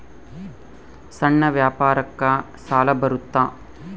ಸಣ್ಣ ವ್ಯಾಪಾರಕ್ಕ ಸಾಲ ಬರುತ್ತಾ?